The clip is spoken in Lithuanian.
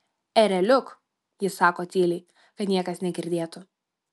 ereliuk ji sako tyliai kad niekas negirdėtų